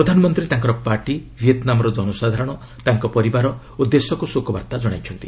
ପ୍ରଧାନମନ୍ତ୍ରୀ ତାଙ୍କର ପାର୍ଟି ଭିଏତ୍ନାମ୍ର ଜନସାଧାରଣ ତାଙ୍କ ପରିବାର ଓ ଦେଶକୁ ଶୋକବାର୍ତ୍ତା ଜଣାଇଛନ୍ତି